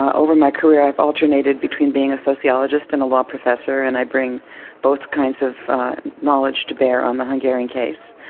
ah over my career i've alternated between being a sociologist and a law professor, and i bring both kinds of knowledge to bear on the hungarian case.